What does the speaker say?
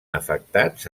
afectats